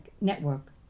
network